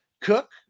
Cook